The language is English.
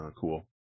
cool